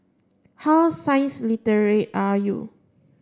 how science are you